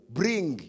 bring